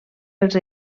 pels